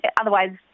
Otherwise